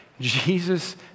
Jesus